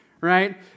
right